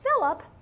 Philip